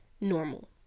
normal